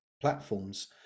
platforms